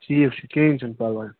ٹھیٖک چھُ کِہیٖنٛی چھُنہٕ پَرواے